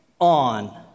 on